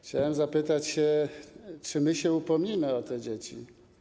Chciałem zapytać, czy my się upomnimy o te dzieci.